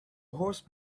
horse